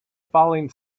falling